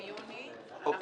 אני